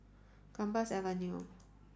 Gambas Avenue